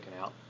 out